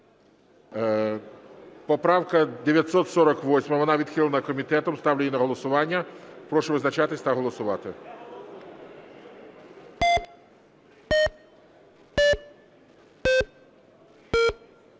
Поправка 948, вона відхилена комітетом, ставлю її на голосування. Прошу визначатись та голосувати.